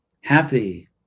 happy